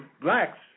blacks